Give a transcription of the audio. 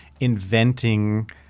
Inventing